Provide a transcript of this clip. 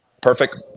Perfect